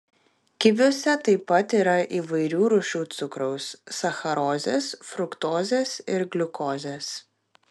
kiviuose taip pat yra įvairių rūšių cukraus sacharozės fruktozės ir gliukozės